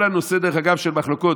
כל הנושא של מחלוקות,